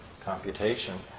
computation